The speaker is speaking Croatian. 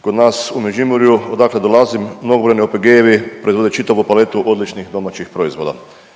kod nas u Međimurju odakle dolazim mnogobrojni OPG-ovi prodaju čitavu paletu odličnih domaćih proizvoda.